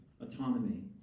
autonomy